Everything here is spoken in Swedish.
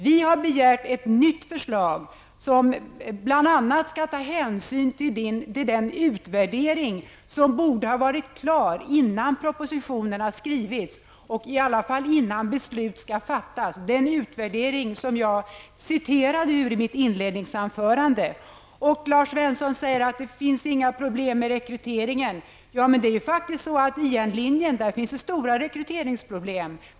Vi har begärt ett nytt förslag som bl.a. skall ta hänsyn till den utvärdering som borde ha varit klar innan propositionen skrivits och i alla fall innan beslut fattas, den utvärdering som jag citerade ur i mitt inledningsanförande. Lars Svensson säger att det finns inga problem med rekryteringen. Faktum är att på IN-linjen finns det stora rekryteringsproblem.